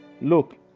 look